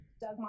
Doug